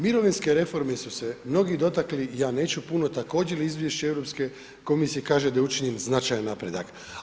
Mirovinske reforme su se mnogi dotakli, ja neću puno, također izvješće Europske komisije kaže da je učinjen značajan napredak.